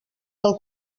del